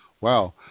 wow